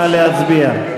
נא להצביע.